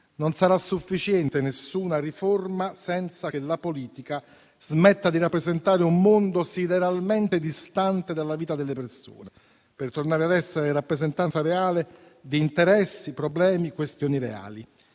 Non sarà sufficiente alcuna riforma senza che la politica smetta di rappresentare un mondo sideralmente distante dalla vita delle persone, per tornare a essere rappresentanza reale di interessi, problemi e questioni reali.